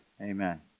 Amen